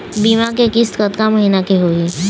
बीमा के किस्त कतका महीना के होही?